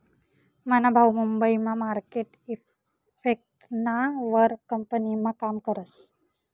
मना भाऊ मुंबई मा मार्केट इफेक्टना वर कंपनीमा काम करस